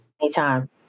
Anytime